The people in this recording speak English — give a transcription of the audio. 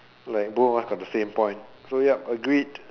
like both of us got the same point so yup agreed